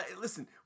listen